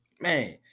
Man